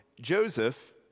Joseph